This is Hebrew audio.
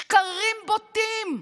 שקרים בוטים.